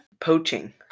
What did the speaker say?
poaching